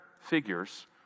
figures